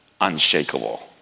unshakable